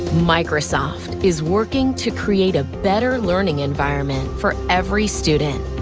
microsoft is working to create a better learning environment for every student.